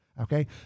okay